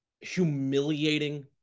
humiliating